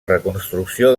reconstrucció